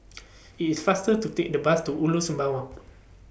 It's faster to Take The Bus to Ulu Sembawang